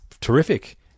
terrific